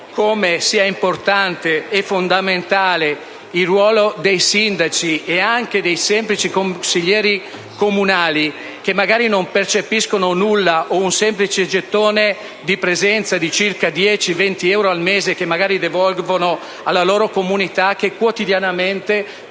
come sia importante e fondamentale il ruolo dei sindaci ed anche dei semplici consiglieri comunali, che non percepiscono forse nulla o un semplice gettone di presenza di circa 10 o 20 euro al mese, che magari devolvono alla loro comunità, e che quotidianamente